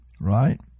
right